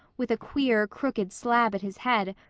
with a queer, crooked slab at his head,